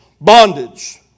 bondage